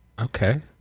Okay